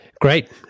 Great